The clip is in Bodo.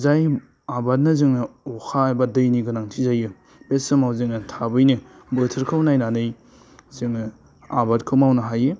जाय आबादनो जोङो अखा एबा दैनि गोनांथि जायो बे समाव जोङो थाबैनो बोथोरखौ नायनानै जोङो आबादखौ मावनो हायो